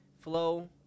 flow